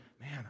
man